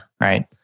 Right